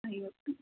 ಐವತ್ತು